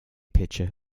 pitcher